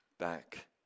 back